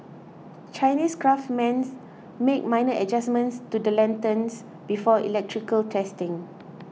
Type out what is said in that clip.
Chinese craftsmen make minor adjustments to the lanterns before electrical testing